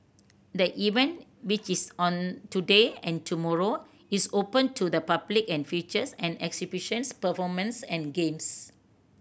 the event which is on today and tomorrow is open to the public and features an exhibitions performances and games